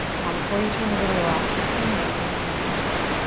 now before you turn the video off, just hang with me and ask,